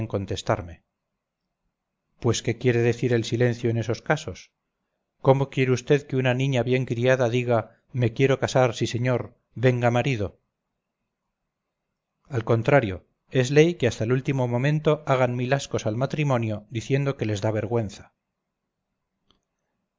contestarme pues qué quiere decir el silencio en esos casos cómo quiere vd que una niña bien criada diga me quiero casar sí señor venga marido al contrario es ley que hasta el último momento hagan mil ascos al matrimonio diciendo que les da vergüenza